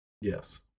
Yes